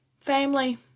family